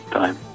time